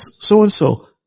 so-and-so